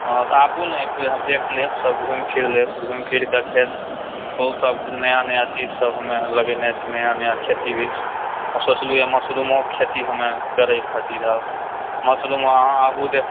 हँ तऽ आबु न एकबेर देख लेब सभ घुमि फिर लेब घूमि फिरक खेत खूब सबकुछ नया नया चीजसभ हमे लगेने छी नया नया खेती भी सोचलु मशरूमोके खेती हमे करय खातिर आब मशरूम अहाँ आबु देखु